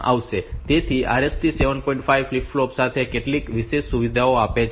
5 flip flop સાથે કેટલીક વિશેષ સુવિધા આપે છે